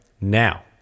Now